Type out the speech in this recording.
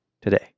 today